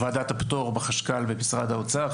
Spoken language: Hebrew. ועדת הפטור בחשכ"ל במשרד האוצר.